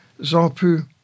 ZAPU